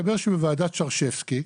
מסתבר שבוועדת שרשבסקי,